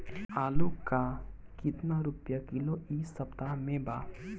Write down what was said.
आलू का कितना रुपया किलो इह सपतह में बा?